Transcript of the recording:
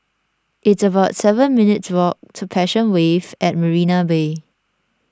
it's about seven minutes' walk to Passion Wave at Marina Bay